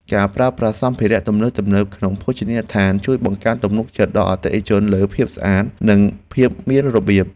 ការប្រើប្រាស់សម្ភារៈទំនើបៗក្នុងភោជនីយដ្ឋានជួយបង្កើនទំនុកចិត្តដល់អតិថិជនលើភាពស្អាត និងភាពមានរបៀប។